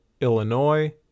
Illinois